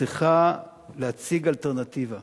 צריכה להציג אלטרנטיבה